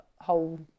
whole